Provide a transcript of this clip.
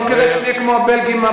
לא כדאי שנהיה כמו הבלגים,